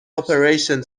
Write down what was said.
operation